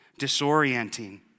disorienting